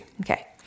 Okay